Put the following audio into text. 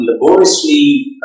laboriously